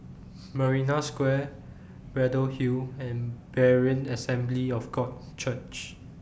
Marina Square Braddell Hill and Berean Assembly of God Church